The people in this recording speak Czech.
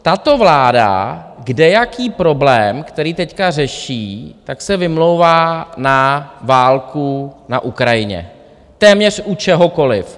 Tato vláda kdejaký problém, který teď řeší, tak se vymlouvá na válku na Ukrajině, téměř u čehokoliv.